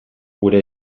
gure